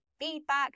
feedback